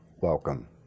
welcome